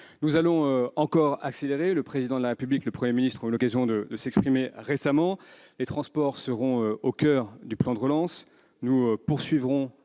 Nous allons encore accélérer. Le Président de la République et le Premier ministre ont eu l'occasion de s'exprimer récemment sur ces questions. Les transports seront au coeur du plan de relance. Nous poursuivrons